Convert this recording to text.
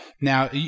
Now